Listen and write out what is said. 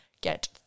get